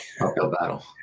battle